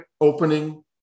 opening